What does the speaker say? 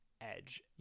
edge